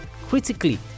critically